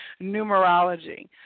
numerology